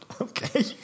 Okay